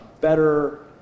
better